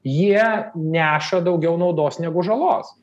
jie neša daugiau naudos negu žalos